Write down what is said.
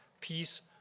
Peace